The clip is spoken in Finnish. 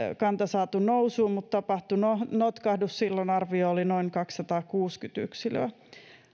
kanta saatu nousuun mutta tapahtui notkahdus silloin arvio oli noin kaksisataakuusikymmentä yksilöä